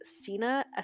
Sina